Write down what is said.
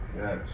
Yes